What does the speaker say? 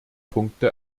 punkte